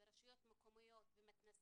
רשויות מקומיות ומתנ"סים,